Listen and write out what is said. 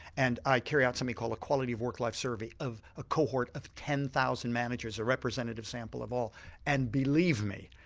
and i carry out something called a quality of work life survey of a cohort of ten thousand managers a representative sample of all and believe me,